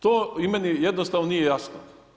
To i meni jednostavno nije jasno.